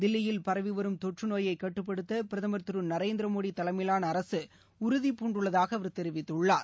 தில்லியில் பரவி வரும் தொற்று நோயை கட்டுப்படுத்த பிரதமர் திரு நரேந்திர மோடி தலைமையிலான அரசு உறுதிபூண்டுள்ளதாக அவர் தெரிவித்துள்ளார்